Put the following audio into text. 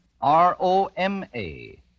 R-O-M-A